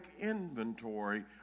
inventory